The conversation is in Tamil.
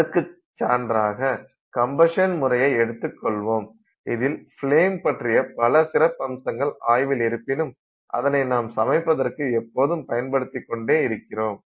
இதற்கு சான்றாக கம்பஷன் முறையை எடுத்துக் கொள்வோம் இதில் ஃப்லேம் பற்றிய பல சிறப்பம்சங்கள் ஆய்வில் இருப்பினும் அதனை நாம் சமைப்பதற்கு எப்போதும் பயன்படுத்திக் கொண்டே இருக்கிறோம்